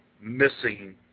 missing